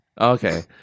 Okay